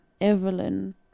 Evelyn